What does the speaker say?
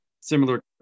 similar